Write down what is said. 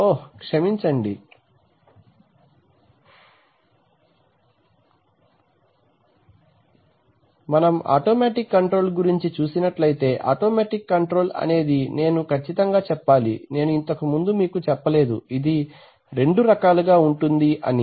ఓహ్ క్షమించండి మనం automatic control గురించి చూసినట్లైతే ఆటోమెటిక్ కంట్రోల్ అనేది నేను కచ్చితంగా చెప్పాలి నేను ఇంతకుముందు మీకు చెప్పలేదు ఇది రెండు రకాలుగా ఉంటుంది అని